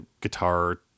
guitar